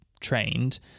trained